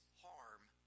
harm